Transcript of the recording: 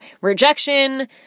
rejection